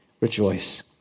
rejoice